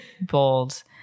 bold